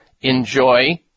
enjoy